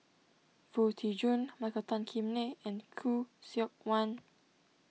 Foo Tee Jun Michael Tan Kim Nei and Khoo Seok Wan